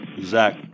Zach